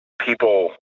People